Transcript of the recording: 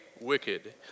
wicked